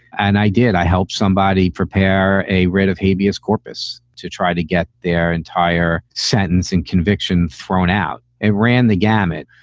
and i did. i helped somebody prepare a writ of habeas corpus to try to get their entire sentence and conviction thrown out. it ran the gamut.